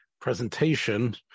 presentation